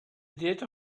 diet